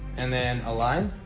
and then a line